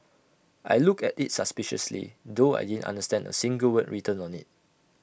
I looked at IT suspiciously though I didn't understand A single word written on IT